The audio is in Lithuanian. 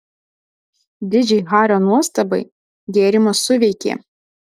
didžiai hario nuostabai gėrimas suveikė